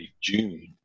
june